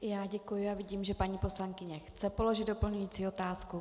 I já děkuji a vidím, že paní poslankyně chce položit doplňující otázku.